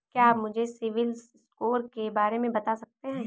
क्या आप मुझे सिबिल स्कोर के बारे में बता सकते हैं?